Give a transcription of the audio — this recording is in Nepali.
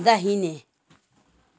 दाहिने